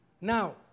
Now